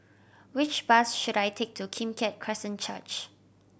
which bus should I take to Kim Keat Christian Church